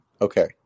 Okay